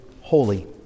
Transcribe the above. holy